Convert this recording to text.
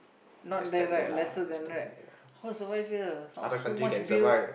not that right lesser than right how to survive here some so much bills